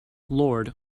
lord